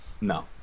No